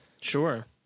Sure